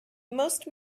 most